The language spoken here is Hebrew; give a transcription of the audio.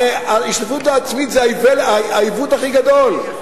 הרי ההשתתפות העצמית זה העיוות הכי גדול.